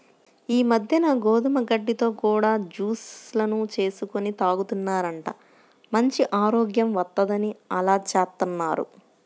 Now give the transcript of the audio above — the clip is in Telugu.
ఈ మద్దెన గోధుమ గడ్డితో కూడా జూస్ లను చేసుకొని తాగుతున్నారంట, మంచి ఆరోగ్యం వత్తందని అలా జేత్తన్నారు